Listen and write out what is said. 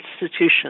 institutions